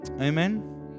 Amen